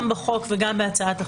גם בחוק וגם בהצעת החוק.